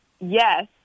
yes